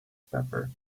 pepper